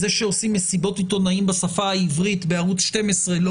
זה שעושים מסיבות עיתונאים בשפה העברית בערוץ 12 לא